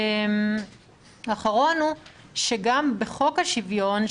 גם בחוק השוויון,